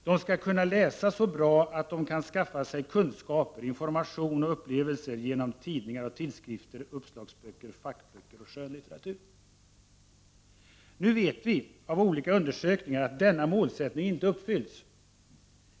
De skall kunna läsa så bra, att de kan skaffa sig kunskaper, information och upplevelser genom tidningar och tidskrifter, uppslagsböcker, fackböcker och skönlitteratur.” Nu vet vi av olika undersökningar att denna målsättning inte uppfylls.